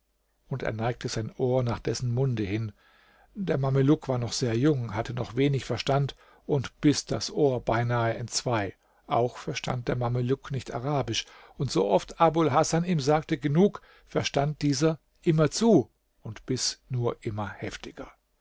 und er neigte sein ohr nach dessen munde hin der mameluck war noch sehr jung hatte noch wenig verstand und biß das ohr beinahe entzwei auch verstand der mameluck nicht arabisch und so oft abul hasan ihm sagte genug verstand dieser immer zu und biß nur immer heftiger